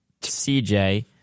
CJ